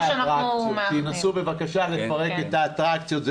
תנסו בבקשה לפרק את האטרקציות.